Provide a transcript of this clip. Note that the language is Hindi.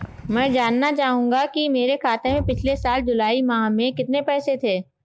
मैं जानना चाहूंगा कि मेरे खाते में पिछले साल जुलाई माह में कितने पैसे थे?